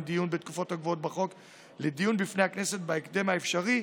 דיון בתקופות הקבועות בחוק לדיון בפני הכנסת בהקדם האפשרי,